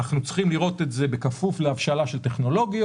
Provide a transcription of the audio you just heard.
אנחנו צריכים לראות את זה בכפוף להבשלה של טכנולוגיות,